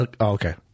Okay